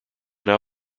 now